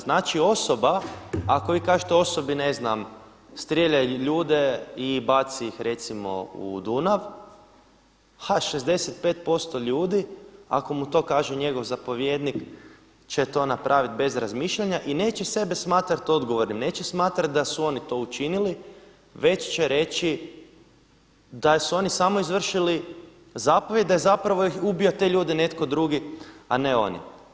Znači osoba ako vi kažete osobi ne znam strijeljaj ljude i baci ih recimo u Dunav, a 65% ljudi ako mu to kaže njegov zapovjednik će to napravit bez razmišljanja i neće sebe smatrat odgovornim, neće smatrat da su oni to učinili već će reći da su oni samo izvršili zapovijed, da je zapravo ubio te ljude netko drugi a ne oni.